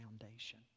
foundation